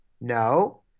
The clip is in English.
no